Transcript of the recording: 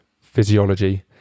physiology